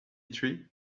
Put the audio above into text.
tree